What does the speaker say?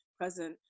present